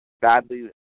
badly